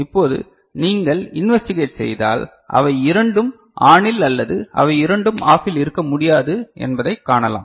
இப்போது நீங்கள் இன்வெஸ்டிகேட் செய்தால் அவை இரண்டும் ஆனில் அல்லது அவை இரண்டும் ஆஃபில் இருக்க முடியாது என்பதைக் காணலாம்